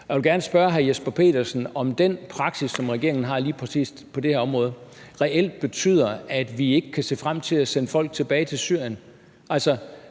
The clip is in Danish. Jeg vil gerne spørge hr. Jesper Petersen, om den praksis, som regeringen har lige præcis på det her område, reelt betyder, at vi ikke kan se frem til at sende folk tilbage til Syrien,